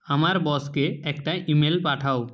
আমার বসকে একটা ইমেল পাঠাও